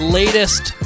latest